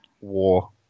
war